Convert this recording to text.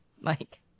mike